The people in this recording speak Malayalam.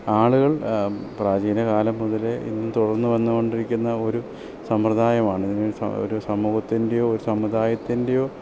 ആളുകൾ പ്രാചീനകാലം മുതലേ ഇന്നും തുടർന്ന് വന്നു കൊണ്ടിരിക്കുന്ന ഒരു സമ്പ്രദായമാണ് ഇതിൻ ഒരു സമൂഹത്തിൻ്റെയോ ഒരു സമുദായത്തിൻ്റെയോ